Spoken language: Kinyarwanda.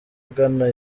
agana